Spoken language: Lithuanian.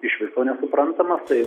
iš viso nesuprantamas tai